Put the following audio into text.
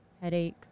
headache